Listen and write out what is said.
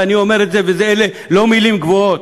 ואני אומר את זה, ואלה לא מילים גבוהות: